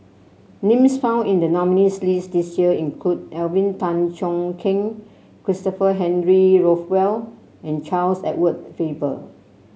names found in the nominees' list this year include Alvin Tan Cheong Kheng Christopher Henry Rothwell and Charles Edward Faber